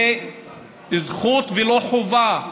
זה זכות ולא חובה.